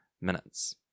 minutes